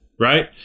right